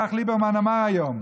כך ליברמן אמר היום.